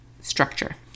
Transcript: structure